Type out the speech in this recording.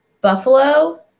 Buffalo